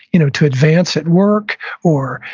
you know to advance at work or,